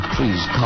Please